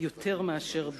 יותר מאשר בעוז.